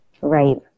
Right